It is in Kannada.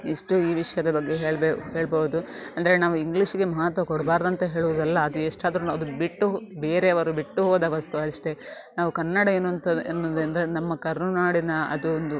ಇಷ್ಟು ಈ ವಿಷ್ಯದ ಬಗ್ಗೆ ಹೇಳ್ಬೋದು ಅಂದರೆ ನಾವು ಇಂಗ್ಲಿಷಿಗೆ ಮಹತ್ವ ಕೊಡಬಾರ್ದಂತ ಹೇಳುವುದಲ್ಲ ಅದು ಎಷ್ಟಾದರೂ ಅದನ್ನು ಬಿಟ್ಟು ಬೇರೆ ಅವರು ಬಿಟ್ಟು ಹೋದ ವಸ್ತು ಅಷ್ಟೇ ನಾವು ಕನ್ನಡ ಎನ್ನುವಂಥದ್ದು ಎನ್ನೋದೆಂದ್ರೆ ನಮ್ಮ ಕರುನಾಡಿನ ಅದು ಒಂದು